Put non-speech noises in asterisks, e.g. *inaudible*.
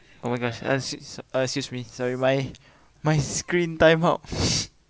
oh my gosh uh se~ uh excuse me sorry my my screen time how *laughs*